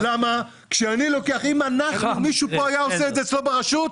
אם מישהו כאן היה עושה את זה אצלו ברשות,